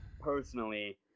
personally –